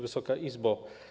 Wysoka Izbo!